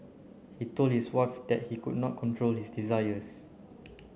he told his wife that he could not control this desires